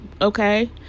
okay